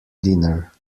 dinner